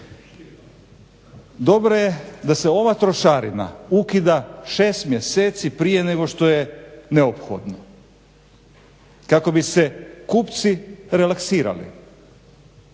Dobro je da se ova trošarina ukida 6 mjeseci prije nego što je neophodna, kako bi se kupci relaksirali,